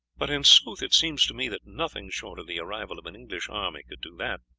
but in sooth it seems to me that nothing short of the arrival of an english army could do that.